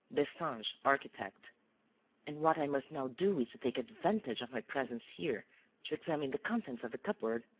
destange, architect and what i must now do is to take advantage of my presence here to examine the contents of the cupboard.